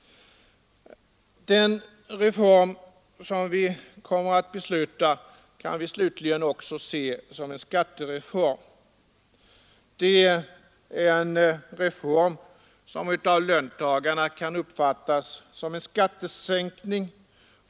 Den reform som vi kommer att besluta kan vi slutligen se som en skattereform. Det är en reform som av löntagarna kan uppfattas som en skattesänkning.